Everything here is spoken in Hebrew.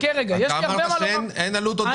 אמרת שאין עלות עודפת.